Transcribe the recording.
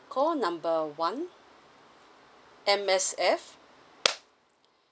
call number one M_S_F